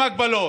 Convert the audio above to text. עם הגבלות.